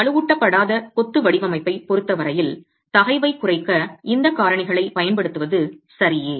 வலுவூட்டப்படாத கொத்து வடிவமைப்பைப் பொறுத்த வரையில் தகைவைக் குறைக்க இந்தக் காரணிகளைப் பயன்படுத்துவது சரியே